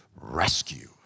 rescue